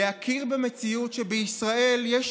להכיר במציאות שבישראל יש